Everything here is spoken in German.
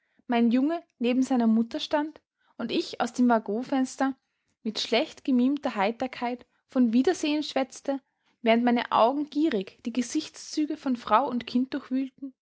mein junge neben seiner mutter stand und ich aus dem waggonfenster mit schlecht gemimter heiterkeit von wiedersehen schwätzte während meine augen gierig die gesichtszüge von frau und kind